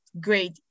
great